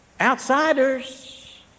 outsiders